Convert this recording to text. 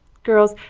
girls,